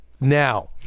now